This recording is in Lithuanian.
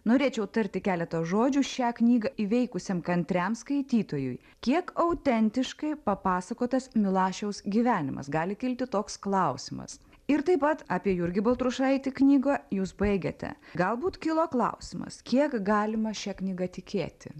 norėčiau tarti keletą žodžių šią knygą įveikusiam kantriam skaitytojui kiek autentiškai papasakotas milašiaus gyvenimas gali kilti toks klausimas ir taip pat apie jurgį baltrušaitį knygą jūs baigiate galbūt kilo klausimas kiek galima šia knyga tikėti